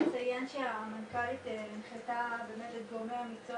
שבסך הכול הכולל היקף החייבים שנפתח להם תיק בגין חוב אגרה,